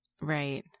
Right